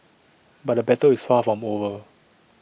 but the battle is far from over